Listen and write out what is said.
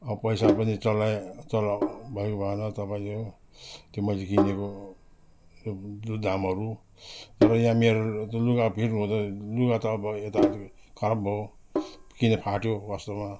अब पैसा पनि चलाइ चलाउनु भयो कि भएन तपाईँले त्यो मैले किनेको यो दामहरू तर यहाँ मेरो लुगा फिट हुँदा लुगा त अब यता अलिक खराब भयो किन फाट्यो वास्तवमा